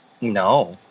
No